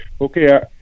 Okay